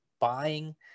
buying